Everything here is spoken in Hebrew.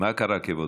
מה קרה, כבודו?